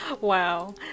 Wow